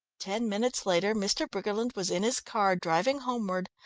ten minutes later mr. briggerland was in his car driving homeward,